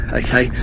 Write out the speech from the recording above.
okay